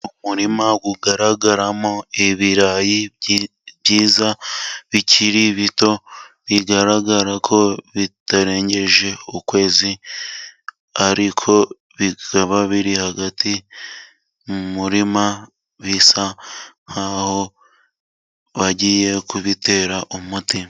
Umurima ugaragaramo ibirayi byiza bikiri bito, bigaragara ko bitarengeje ukwezi, ariko bikaba biri hagati mu murima, bisa nk'aho bagiye kubitera umuti.